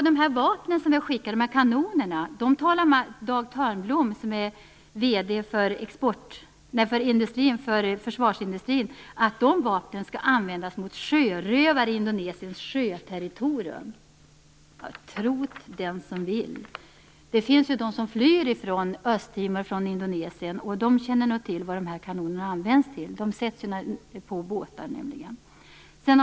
De kanoner vi har skickat talar Dag Törnblom på Försvarsindustriföreningen om skall användas mot sjörövare i Indonesiens sjöterritorium. Tro't den som vill! Det finns ju de som flyr från Östtimor och Indonesien, och de känner nog till vad de här kanonerna används till. De sätts på båtar, nämligen.